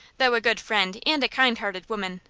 though a good friend and a kindhearted woman,